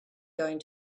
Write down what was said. going